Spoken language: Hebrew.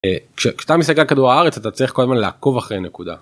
כשאתה מסתכל על כדור הארץ אתה צריך כל הזמן לעקוב אחרי נקודה.